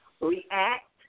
React